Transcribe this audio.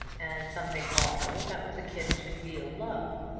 and something also that was akin to real love.